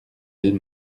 belle